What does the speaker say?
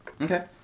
Okay